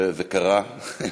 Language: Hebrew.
וזה קרה,